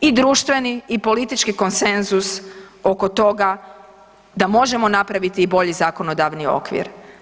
i društveni i politički konsenzus oko toga da možemo napraviti i bolji zakonodavni okvir.